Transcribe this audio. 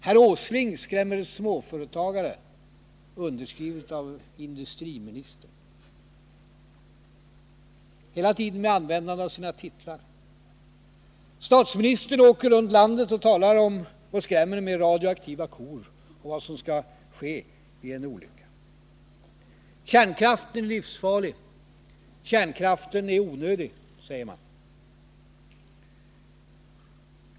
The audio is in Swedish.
Herr Åsling skrämmer småföretagare, underskrivet av industriministern. Hela tiden använder man sig av sina titlar. Statsministern åker runt landet och skrämmer med radioaktiva kor och vad som skall ske vid en olycka. Kärnkraften är livsfarlig, kärnkraften är onödig, säger man.